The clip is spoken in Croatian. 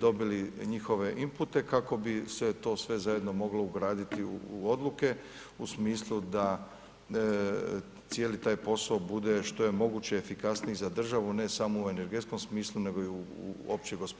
dobili njihove inpute kako bi sve to sve zajedno mogli ugraditi u odluke u smislu da cijeli taj posao bude što je moguće efikasniji za državu, ne samo u energetskom smislu nego i u opće gospodarskom.